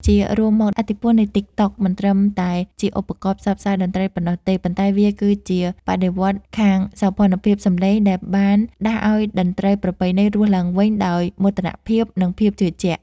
ជារួមមក ឥទ្ធិពលនៃ TikTok មិនត្រឹមតែជាឧបករណ៍ផ្សព្វផ្សាយតន្ត្រីប៉ុណ្ណោះទេ ប៉ុន្តែវាគឺជាបដិវត្តន៍ខាងសោភ័ណភាពសម្លេង ដែលបានដាស់ឱ្យតន្ត្រីប្រពៃណី រស់ឡើងវិញដោយមោទនភាព និងភាពជឿជាក់។